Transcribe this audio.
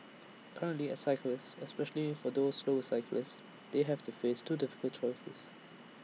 currently as cyclists especially for those slower cyclists they have to face two difficult choices